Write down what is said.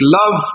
love